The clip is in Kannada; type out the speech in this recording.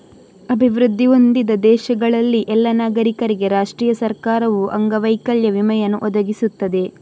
ಅಭಿವೃದ್ಧಿ ಹೊಂದಿದ ದೇಶಗಳಲ್ಲಿ ಎಲ್ಲಾ ನಾಗರಿಕರಿಗೆ ರಾಷ್ಟ್ರೀಯ ಸರ್ಕಾರವು ಅಂಗವೈಕಲ್ಯ ವಿಮೆಯನ್ನು ಒದಗಿಸುತ್ತದೆ